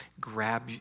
grab